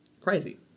Crazy